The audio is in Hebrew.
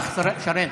שומעים אותך, שרן.